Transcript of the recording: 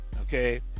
okay